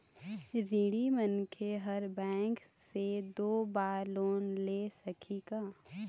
ऋणी मनखे हर बैंक से दो बार लोन ले सकही का?